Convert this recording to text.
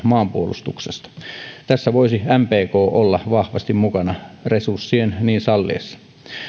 maanpuolustuksesta tässä voisi mpk olla vahvasti mukana resurssien niin salliessa